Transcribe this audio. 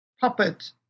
puppet